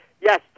yes